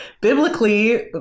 biblically